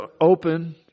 open